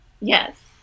yes